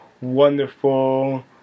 wonderful